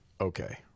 Okay